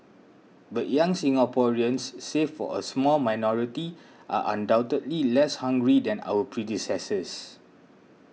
but young Singaporeans save for a small minority are undoubtedly less hungry than our predecessors